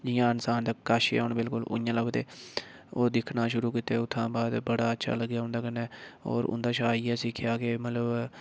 जि'यां इंसान दे कश गै होन बिलकुल ओह् उ'यां लभदे ओह् दिक्खना शुरू कीता उ'त्थां बाद बड़ा अच्छा लग्गेआ उं'दे कन्नै होर उं'दे शा इ'यै सिक्खेआ की मतलब